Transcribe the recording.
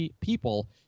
people